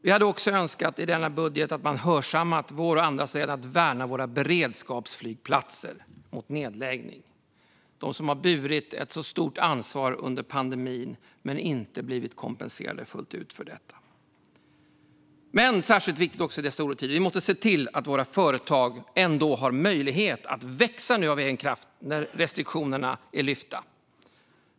Vi hade också önskat att man i denna budget hade hörsammat vår och andras vädjan om att värna våra beredskapsflygplatser och skydda dem mot nedläggning - de som har burit ett så stort ansvar under pandemin men inte blivit kompenserade fullt ut för detta. Särskilt viktigt i dessa orostider är att vi måste se till att våra företag ändå har möjlighet att växa av egen kraft när restriktionerna nu är lyfta.